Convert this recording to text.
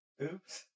Oops